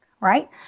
right